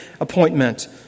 appointment